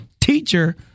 teacher